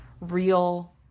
real